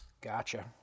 Gotcha